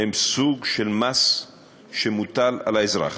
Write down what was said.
היא סוג של מס שמוטל על האזרח.